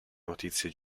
notizie